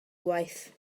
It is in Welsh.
waith